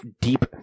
deep